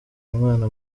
umwana